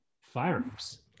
firearms